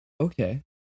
Okay